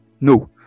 No